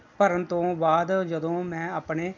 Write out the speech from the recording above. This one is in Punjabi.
ਭਰਨ ਤੋਂ ਬਾਅਦ ਜਦੋਂ ਮੈਂ ਆਪਣੇ